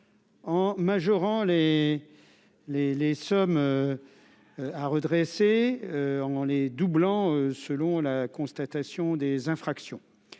En majorant les, les, les sommes à redresser en les doublant selon la constatation des infractions